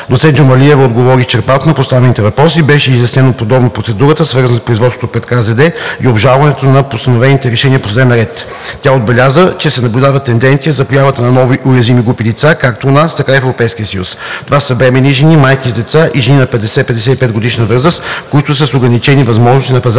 Доцент Джумалиева отговори изчерпателно на поставените въпроси. Беше изяснена подробно процедурата, свързана с производството пред КЗД и обжалването на постановените решения по съдебен ред. Тя отбеляза, че се наблюдава тенденция за появата на нови уязвими групи лица както у нас, така и в Европейския съюз. Това са бременни жени, майки с деца и жени на 50 – 55-годишна възраст, които са с ограничени възможности на пазара